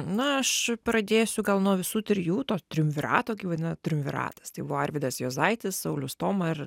na aš pradėsiu gal nuo visų trijų to triumvirato kaip vadina triumviratas tai buvo arvydas juozaitis saulius stoma ir